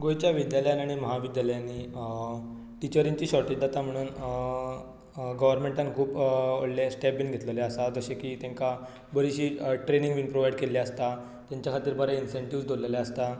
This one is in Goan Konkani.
गोंयच्या विद्यालयांनी आनी म्हाविद्यालयांनी टिचरींची शोटेज जाता म्हणून गोव्हरमेंटान खूब व्हडले स्टेप बी घेतिल्ले आसात जशे की तांकां बरीचशी ट्रेनिंग बी प्रोवायड केल्ली आसता तांच्या खातीर बरें इनसेंटिव्स दवरिल्ले आसता